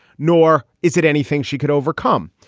nor is it anything she could overcome.